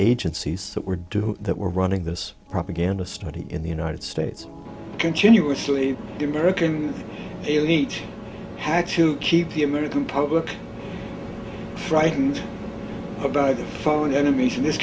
that were due that were running this propaganda study in the united states continuously the american elite had to keep the american public frightened about the phone enemies in this